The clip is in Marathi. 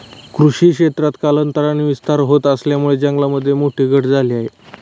कृषी क्षेत्रात कालांतराने विस्तार होत असल्यामुळे जंगलामध्ये मोठी घट झाली आहे